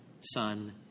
Son